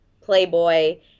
Playboy